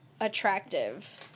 attractive